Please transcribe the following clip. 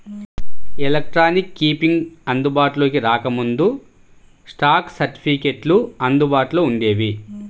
electronic keeping అందుబాటులోకి రాకముందు, stock సర్టిఫికెట్లు అందుబాటులో వుండేవి